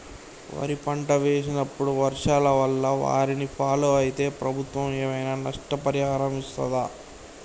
వరి పంట వేసినప్పుడు వర్షాల వల్ల వారిని ఫాలో అయితే ప్రభుత్వం ఏమైనా నష్టపరిహారం ఇస్తదా?